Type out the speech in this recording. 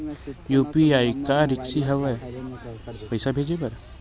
UPI का रिसकी हंव ए पईसा भेजे बर?